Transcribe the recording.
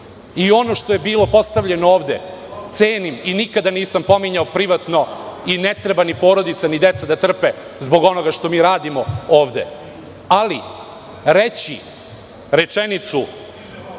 što je bilo postavljeno ovde, cenim i nikada nisam pominjao privatno i ne treba ni porodica ni deca da trpe zbog onoga što mi radimo ovde, ali reći rečenicu